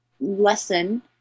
lesson